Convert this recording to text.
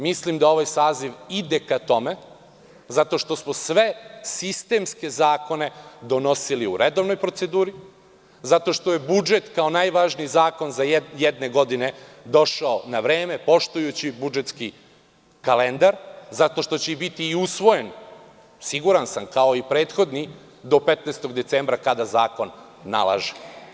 Mislim da ovaj saziv ide ka tome, zato što smo sve sistemske zakone donosili u redovnoj proceduri, zato što je budžet kao najvažniji zakon jedne godine došao na vreme, poštujući budžetski kalendar, zato što će biti i usvojen, siguran sam, kao i prethodni, do 15. decembra, kako zakon nalaže.